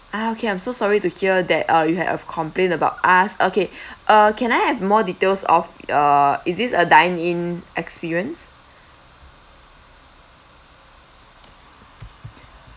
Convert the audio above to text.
ah okay I'm so sorry to hear that uh you have complaint about us okay uh can I have more details of uh is this a dine in experience